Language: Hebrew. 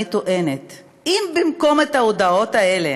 אני טוענת שאם במקום ההודעות האלה